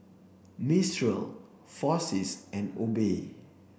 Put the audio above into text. Mistral and Obey